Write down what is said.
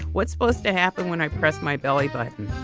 what's supposed to happen when i press my belly button?